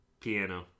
Piano